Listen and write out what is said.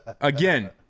Again